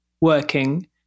working